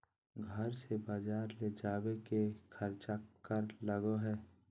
घर से बजार ले जावे के खर्चा कर लगो है?